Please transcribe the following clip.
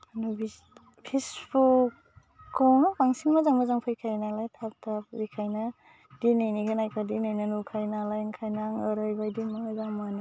खिन्तु बिस फेसबुकखौनो बांसिन मोजां मोजां फैखायनो नालाय थाब थाब बेखायनो दिनैनि होनायखौ दिनैनो नुखायो नालाय ओंखायनो आं ओरैबायदि मोजां मोनो